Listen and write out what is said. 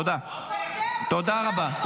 תודה רבה.